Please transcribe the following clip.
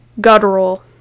guttural